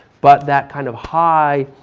but that kind of high,